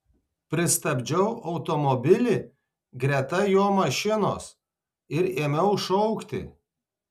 pristabdžiau automobilį greta jo mašinos ir ėmiau šaukti